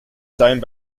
time